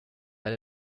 but